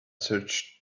searched